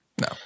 No